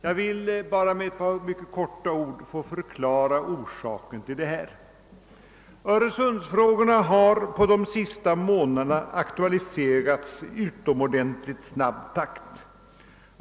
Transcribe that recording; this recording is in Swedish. Jag vill med några få ord förklara orsaken till detta. Öresundsfrågorna har på de senaste månaderna aktualiserats i utomordentligt snabb takt.